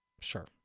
Sure